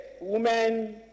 women